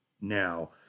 now